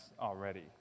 already